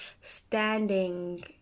standing